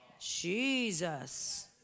Jesus